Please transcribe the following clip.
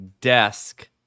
Desk